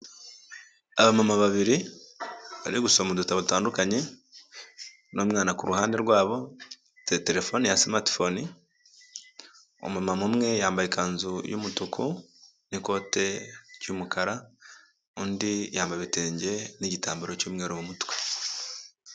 Abamama babiri bari gusoma udutabo dutandukanye n'umwana kuruhande rwabo ndetse telefone ya smartphone. Umuma umwe yambaye ikanzu y'umutuku n'ikote ry'umukara undi yambaye ibitenge n'gitambaro cy'umweru mu mutwe.